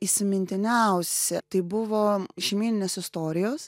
įsimintiniausi tai buvo šeimyninės istorijos